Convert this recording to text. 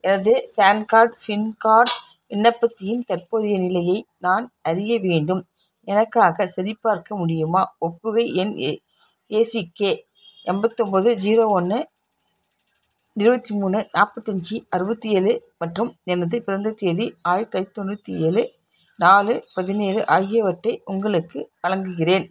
எனது PAN card SIM card விண்ணப்பத்தின் தற்போதைய நிலையை நான் அறிய வேண்டும் எனக்காக சரிபார்க்க முடியுமா ஒப்புகை எண் ஏ ஏசிகே எண்பத்து ஒம்பது ஜீரோ ஒன்று இருபத்தி மூணு நாற்பத்தி அஞ்சு அறுபத்தி ஏழு மற்றும் எனது பிறந்த தேதி ஆயிரத்தி தொள்ளாயிரத்தி தொண்ணூற்றி ஏழு நாலு பதினேழு ஆகியவற்றை உங்களுக்கு வழங்குகிறேன்